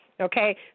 Okay